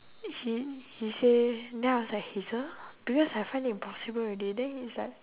he he say then I was like hazel because I find it impossible already then he is like